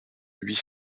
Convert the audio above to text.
huit